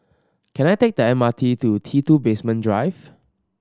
can I take the M R T to T Two Basement Drive